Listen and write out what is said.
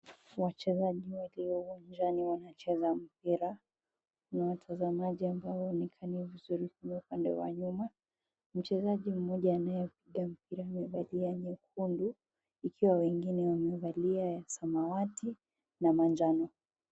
Wachezaji walio uwanjani wanacheza mpira. Kuna watazamaji ambao waonekane vizuri upande wa nyuma. Mchezaji mmoja anayepiga mpira amevalia nyekundu, ikiwa wengine wamevaa ya samawati na manjano.